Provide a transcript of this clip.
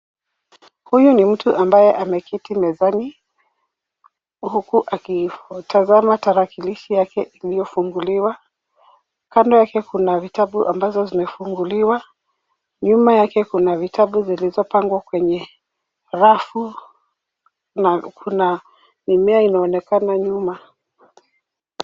Huyu ni mtu ambaye ameketi mezani huku akitazama tarakilishi yake iliyofunguliwa. Kando yake kuna vitabu ambavyo vimefunguliwa. Nyuma yake kuna vitabu zilizopangwa kwenye rafu na kuna mimea inaonekana nyuma.